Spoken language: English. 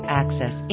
access